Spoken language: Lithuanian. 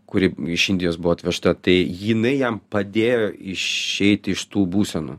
kuri iš indijos buvo atvežta tai jinai jam padėjo išeiti iš tų būsenų